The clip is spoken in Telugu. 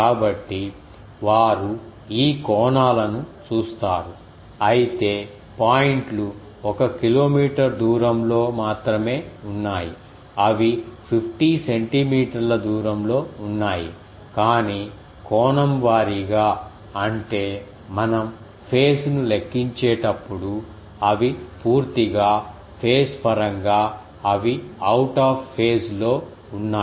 కాబట్టి వారు ఈ కోణాలను చూస్తారు అయితే పాయింట్లు ఒక కిలోమీటరు దూరంలో మాత్రమే ఉన్నాయి అవి 50 సెంటీమీటర్ల దూరంలో ఉన్నాయి కానీ కోణం వారీగా అంటే మనం ఫేస్ ను లెక్కించేటప్పుడు అవి పూర్తిగా ఫేస్ పరంగా అవి అవుట్ ఆఫ్ ఫేస్ లో ఉన్నాయి